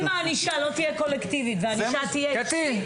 הענישה לא תהיה קולקטיבית אלא אישית --- קטי,